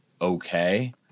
Okay